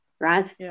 right